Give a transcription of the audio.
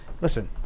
listen